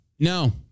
No